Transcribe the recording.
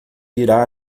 irá